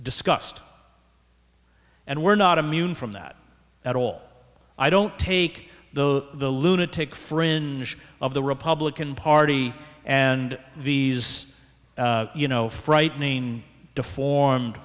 discussed and we're not immune from that at all i don't take the the lunatic fringe of the republican party and these you know frightening deformed